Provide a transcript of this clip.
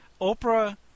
Oprah